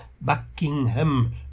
Buckingham